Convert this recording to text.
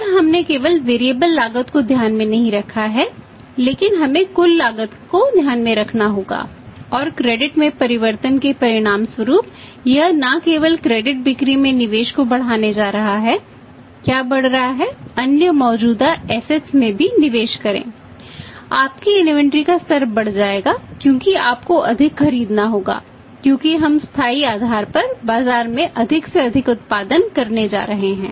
और हमने केवल वेरिएबल का स्तर बढ़ जाएगा क्योंकि आपको अधिक खरीदना होगा क्योंकि हम स्थायी आधार पर बाजार में अधिक से अधिक उत्पादन करने जा रहे हैं